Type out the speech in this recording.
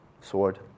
sword